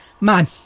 man